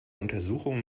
untersuchung